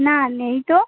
না নেই তো